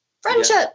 friendship